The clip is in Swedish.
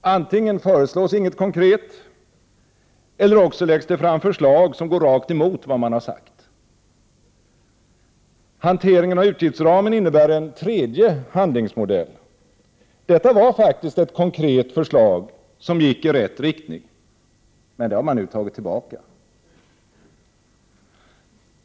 Antingen föreslås inget konkret, eller också läggs det fram förslag som går rakt emot vad man har sagt. Hanteringen av utgiftsramen innebär en tredje handlingsmodell. Detta var faktiskt ett konkret förslag som gick i rätt riktning, men det har man nu tagit tillbaka.